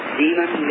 demon